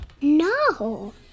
No